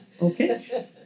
Okay